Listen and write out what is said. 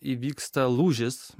įvyksta lūžis